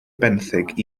benthyg